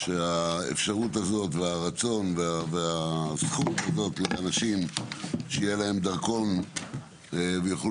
האפשרות והרצון והזכות של אנשים שיהיה להם דרכון ושהם יוכלו